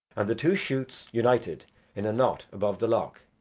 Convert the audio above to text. and the two shoots united in a knot above the loch.